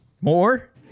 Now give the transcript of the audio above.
More